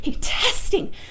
testing